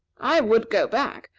i would go back,